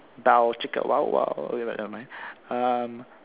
bow chicka wow wow okay never mind um